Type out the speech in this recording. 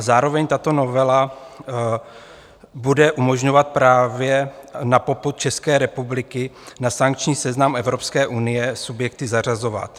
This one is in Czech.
Zároveň tato novela bude umožňovat právě na popud České republiky na sankční seznam Evropské unie subjekty zařazovat.